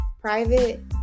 private